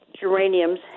geraniums